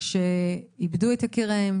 שאיבדו את יקיריהן,